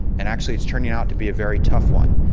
and actually it's turning out to be a very tough one.